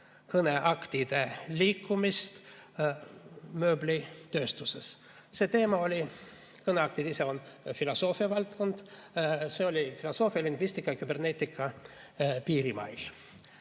kõneaktide liikumist mööblitööstuses. See teema – kõneaktid ise on filosoofia valdkond – oli filosoofia, lingvistika ja küberneetika piirimail.